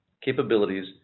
capabilities